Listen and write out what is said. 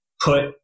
put